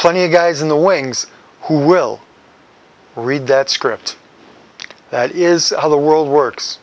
plenty of guys in the wings who will read that script that is how the world works